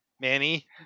Manny